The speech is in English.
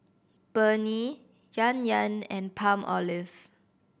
Burnie Yan Yan and Palmolive